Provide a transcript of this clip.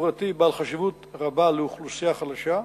חברתי בעל חשיבות רבה לאוכלוסייה חלשה,